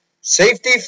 Safety